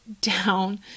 down